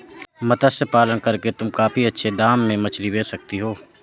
मत्स्य पालन करके तुम काफी अच्छे दाम में मछली बेच सकती हो